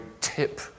tip